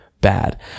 bad